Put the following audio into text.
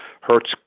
Hertz